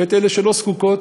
ואת אלה שלא זקוקות,